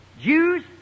Jews